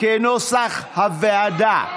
כנוסח הוועדה,